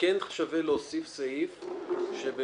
כן שווה להוסיף סעיף כמו בבנקים,